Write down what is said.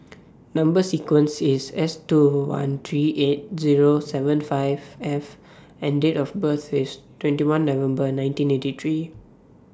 Number sequence IS S two one three eight Zero seven five F and Date of birth IS twenty one November nineteen eighty three